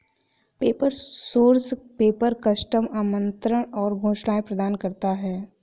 paper source paper, custom आमंत्रण और घोषणाएं प्रदान करता है